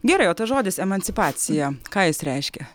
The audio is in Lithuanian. gerai o tas žodis emancipacija ką jis reiškia